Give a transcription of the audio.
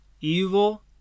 evil